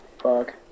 Fuck